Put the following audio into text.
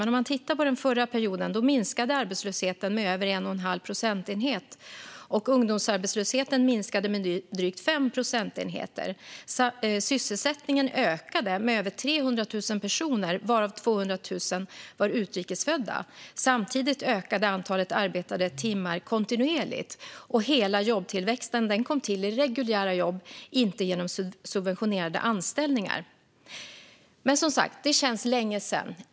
Men den förra perioden minskade arbetslösheten med över 1 1⁄2 procentenhet, och ungdomsarbetslösheten minskade med drygt 5 procentenheter. Sysselsättningen ökade med över 300 000 personer, varav 200 000 var utrikes födda. Samtidigt ökade antalet arbetade timmar kontinuerligt. Och hela jobbtillväxten kom till i reguljära jobb, inte genom subventionerade anställningar. Det känns som sagt länge sedan.